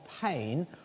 pain